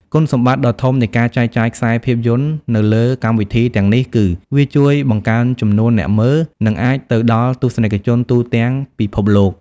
គុណសម្បត្តិដ៏ធំនៃការចែកចាយខ្សែភាពយន្តនៅលើកម្មវិធីទាំងនេះគឺ វាជួយបង្កើនចំនួនអ្នកមើល និងអាចទៅដល់ទស្សនិកជនទូទាំងពិភពលោក។